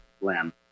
lamb